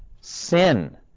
sin